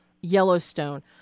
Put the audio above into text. Yellowstone